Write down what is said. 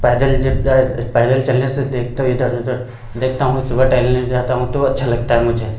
पैदल पैदल चलने से देखता हूँ इधर उधर देखता हूँ सुबह टहलने जाता हूँ तो अच्छा लगता है मुझे